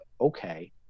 Okay